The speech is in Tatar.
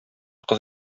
кыз